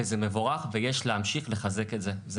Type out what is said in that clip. וזה מבורך ויש להמשיך לחזק את זה.